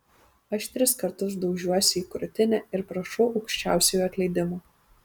aš tris kartus daužiuosi į krūtinę ir prašau aukščiausiojo atleidimo